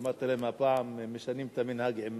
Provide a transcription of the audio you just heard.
אמרתי להם שהפעם משנים את המנהג עם